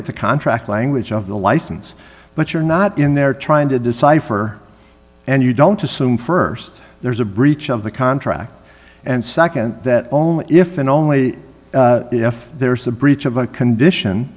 at the contract language of the license but you're not in there trying to decipher and you don't assume st there's a breach of the contract and nd that only if and only if there's a breach of a condition